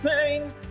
pain